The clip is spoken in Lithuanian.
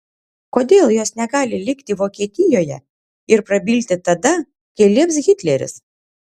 kodėl jos negali likti vokietijoje ir prabilti tada kai lieps hitleris